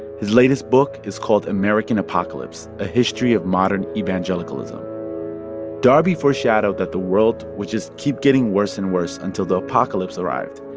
his latest book is called american apocalypse a history of modern evangelicalism. darby foreshadowed that the world will just keep getting worse and worse until the apocalypse arrived,